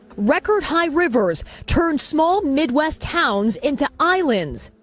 record high rivers turn small midwest towns into islands.